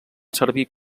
servir